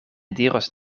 diros